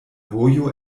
vojo